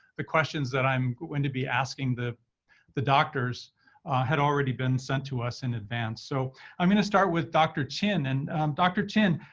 the questions that i'm going to be asking the the doctors had already been sent to us in advance. so i'm going to start with dr. chin. and dr. chin,